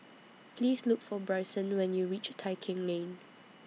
Please Look For Brycen when YOU REACH Tai Keng Lane